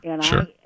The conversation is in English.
sure